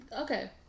Okay